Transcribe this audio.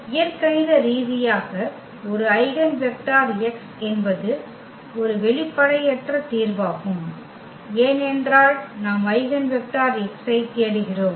இயற்கணித ரீதியாக ஒரு ஐகென் வெக்டர் x என்பது ஒரு வெளிப்படையற்ற தீர்வாகும் ஏனென்றால் நாம் ஐகென் வெக்டர் x ஐ தேடுகிறோம்